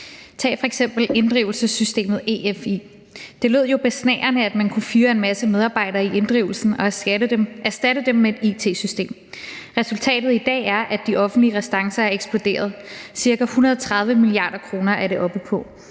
Tag f.eks. inddrivelsessystemet EFI. Det lød jo besnærende, at man kunne fyre en masse medarbejdere i inddrivelsen og erstatte dem med et it-system. Resultatet i dag er, at de offentlige restancer er eksploderet. Ca. 130 mia. kr. er beløbet oppe på.